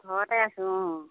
ঘৰতে আছো অঁ